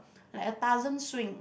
like a Tarzan swing